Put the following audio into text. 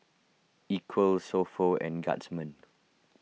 Equal So Pho and Guardsman